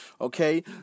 okay